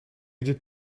did